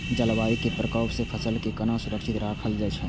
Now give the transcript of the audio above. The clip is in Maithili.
जलवायु के प्रकोप से फसल के केना सुरक्षित राखल जाय छै?